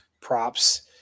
props